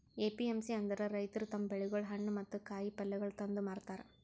APMC ಅಂದುರ್ ರೈತುರ್ ತಮ್ ಬೆಳಿಗೊಳ್, ಹಣ್ಣ ಮತ್ತ ಕಾಯಿ ಪಲ್ಯಗೊಳ್ ತಂದು ಮಾರತಾರ್